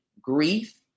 grief